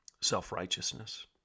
Self-righteousness